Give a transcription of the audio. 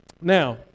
Now